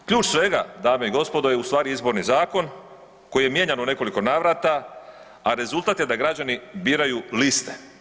Ključ svega dame i gospodo je u stvari Izborni zakon koji je mijenjan u nekoliko navrata, a rezultat je da građani biraju liste.